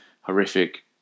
horrific